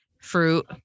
Fruit